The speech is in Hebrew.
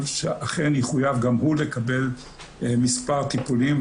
שאכן יחויב גם הוא לקבל מספר טיפולים,